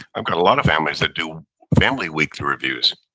i've got a lot of families that do family weekly reviews.